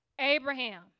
Abraham